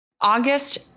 August